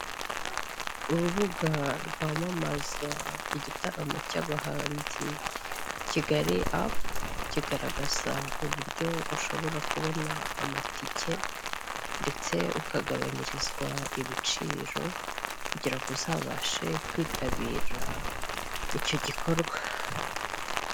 Urubuga rwamamaza igitaramo cy'abahanzi, Kigali apu, kigaragaza uburyo ushobora kubona amatike ndetse ukagabanyirizwa ibiciro, kugira ngo uzabashe kwitabira icyo gikorwa.